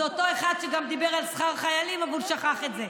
זה אותו אחד שגם דיבר על שכר החיילים אבל שכח את זה.